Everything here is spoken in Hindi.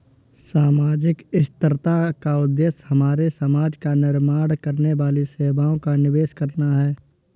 सामाजिक स्थिरता का उद्देश्य हमारे समाज का निर्माण करने वाली सेवाओं का निवेश करना है